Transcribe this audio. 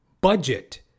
budget